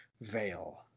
veil